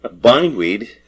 bindweed